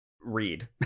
read